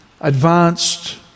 advanced